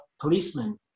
policemen